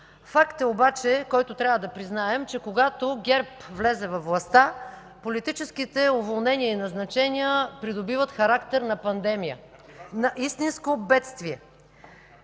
Факт обаче, който трябва да признаем, е, че когато ГЕРБ влезе във властта, политическите уволнения и назначения придобиват характер на пандемия, на истинско бедствие,